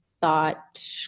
thought